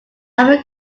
irvin